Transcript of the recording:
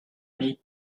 need